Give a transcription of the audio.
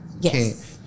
Yes